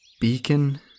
beacon